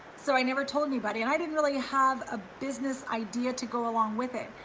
so i never told anybody, and i didn't really have a business idea to go along with it.